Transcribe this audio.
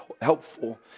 helpful